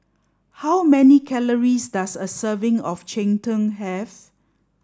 how many calories does a serving of cheng tng have